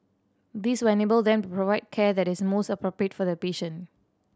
this will enable them to provide care that is most appropriate for the patient